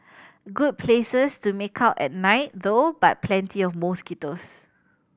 good places to make out at night though but plenty of mosquitoes